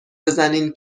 بزنین